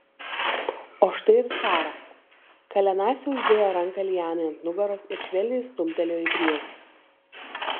o štai ir sara kalenasi uždėjo ranką lianai ant nugaros ir švelniai stumtelėjo į priekį